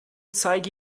zeige